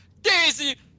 Daisy